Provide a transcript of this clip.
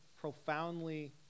profoundly